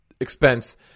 expense